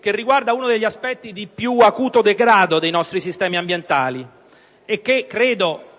che riguarda uno degli aspetti di più acuto degrado dei nostri sistemi ambientali. Esso